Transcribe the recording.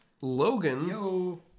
Logan